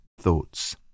thoughts